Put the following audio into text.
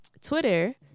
twitter